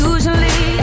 Usually